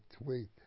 wait